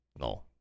No